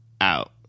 out